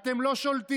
אתם לא שולטים,